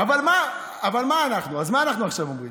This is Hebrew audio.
אז מה אנחנו עכשיו אומרים?